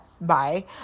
bye